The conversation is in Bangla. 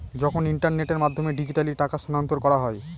যখন ইন্টারনেটের মাধ্যমে ডিজিট্যালি টাকা স্থানান্তর করা হয়